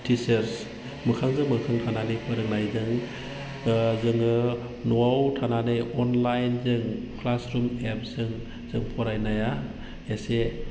teachers मोखांजों मोखां थानानै फोरोंनायजों जोङो न'आव थानानै अनलाइनजों क्लासरुम एप्सजों जों फरायनाया एसे